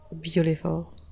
beautiful